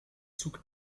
zug